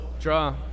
draw